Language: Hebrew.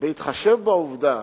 בהתחשב בעובדה